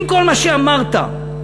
אם כל מה שאמרת יתממש,